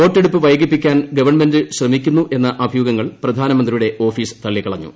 വോട്ടെടുപ്പ് വൈകിപ്പിക്കാൻ ഗവൂൺമെന്റ് ശ്രമിക്കുന്നുവെന്ന അഭ്യൂഹങ്ങൾ പ്രധാനമന്ത്രിയുടെ ഓഷ്മീസ് തള്ളിക്കളഞ്ഞു